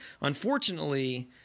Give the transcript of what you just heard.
unfortunately